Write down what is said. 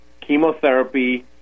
chemotherapy